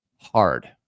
hard